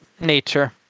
nature